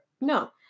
No